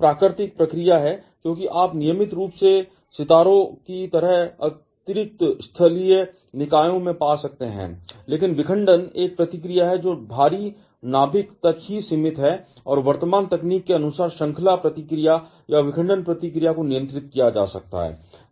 प्राकृतिक प्रक्रिया है क्योंकि आप नियमित रूप से सितारों की तरह अतिरिक्त स्थलीय निकायों में पा सकते हैं लेकिन विखंडन एक प्रतिक्रिया है जो भारी नाभिक तक ही सीमित है और वर्तमान तकनीक के अनुसार श्रृंखला प्रतिक्रिया या विखंडन प्रतिक्रिया को नियंत्रित किया जा सकता है